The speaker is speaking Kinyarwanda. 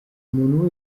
muntu